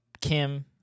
Kim